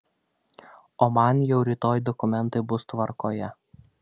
o man jau rytoj dokumentai bus tvarkoje